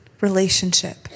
relationship